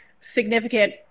significant